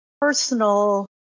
personal